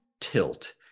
tilt